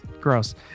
Gross